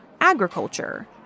agriculture